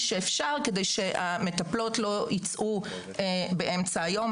שאפשר כדי שהמטפלות לא יצאו באמצע היום.